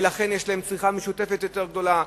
ולכן הצריכה המשותפת שלהן יותר גדולה.